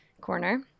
corner